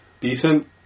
decent